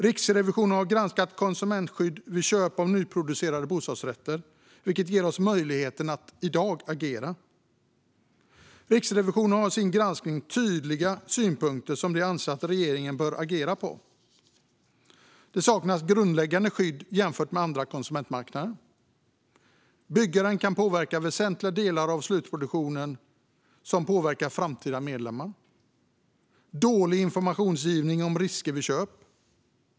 Riksrevisionen har granskat konsumentskydd vid köp av nyproducerade bostadsrätter, vilket ger oss möjligheter att i dag agera. Riksrevisionen har i sin granskning tydliga synpunkter och anser att regeringen bör agera utifrån dem. Det saknas ett grundläggande skydd jämfört med andra konsumentmarknader. Byggaren kan påverka väsentliga delar av slutproduktionen som påverkar framtida medlemmar. Informationsgivningen om risker vid köp är dålig.